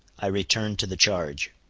i returned to the charge.